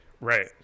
right